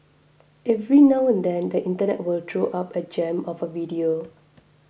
every now and then the internet will throw up a gem of a video